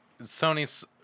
Sony's